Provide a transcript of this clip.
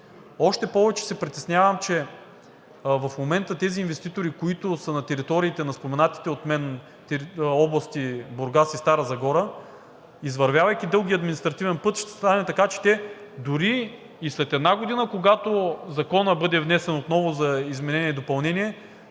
Още повече се притеснявам, че в момента тези инвеститори, които са на териториите на споменатите от мен области Бургас и Стара Загора, извървявайки дългия административен път, ще стане така, че те дори и след една година, когато Законът бъде внесен отново за изменение и допълнение,